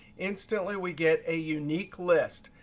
instantly, we get a unique list.